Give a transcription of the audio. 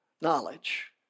knowledge